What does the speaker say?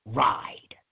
ride